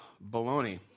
bologna